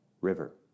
River